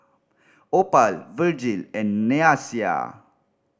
Opal Virgil and Nyasia